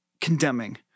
condemning